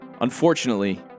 Unfortunately